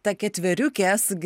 ta ketveriukė sugy